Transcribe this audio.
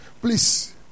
Please